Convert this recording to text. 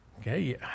Okay